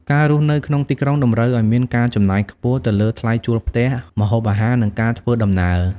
ការរស់នៅក្នុងទីក្រុងតម្រូវឱ្យមានការចំណាយខ្ពស់ទៅលើថ្លៃជួលផ្ទះ ម្ហូបអាហារ និងការធ្វើដំណើរ។